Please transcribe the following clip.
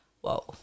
whoa